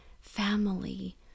family